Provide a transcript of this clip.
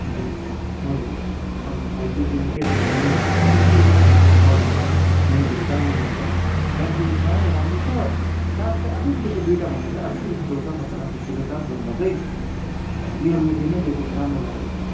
अन्त यो हजुर अन्त फाइभ जी सिम एयरटेलको लिनुभएको छ भने चाहिँ यो फोन किन्नु सजिलो नेटहरू दामी चल्छ ब्याट्री यसमा नै राम्रो छ चार्ज चाहिँ अलिकति त्यो दुइटाभन्दा चाहिँ अलिकिति स्लो छ तपाईँलाई अब छिट्टो चार्जभन्दा चाहिँ रियलमी टेन नै लिएको चाहिँ राम्रो लाग्यो मलाई